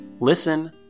Listen